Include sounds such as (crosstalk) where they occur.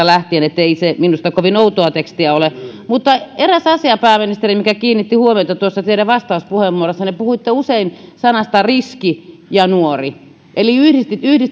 (unintelligible) lähtien niin ettei se minusta kovin outoa tekstiä ole mutta eräs asia pääministeri mikä kiinnitti huomiota teidän vastauspuheenvuorossanne puhuitte usein sanoista riski ja nuori eli